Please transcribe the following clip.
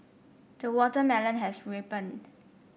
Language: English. the watermelon has ripened